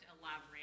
elaborate